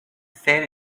fit